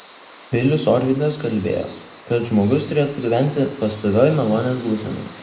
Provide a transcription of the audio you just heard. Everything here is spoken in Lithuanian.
vilius orvydas kalbėjo kad žmogus turėtų gyventi pastovioj malonės būsenoj